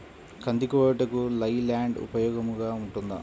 కంది కోయుటకు లై ల్యాండ్ ఉపయోగముగా ఉంటుందా?